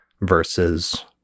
versus